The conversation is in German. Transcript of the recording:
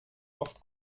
oft